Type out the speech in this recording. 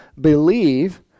believe